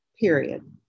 Period